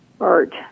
art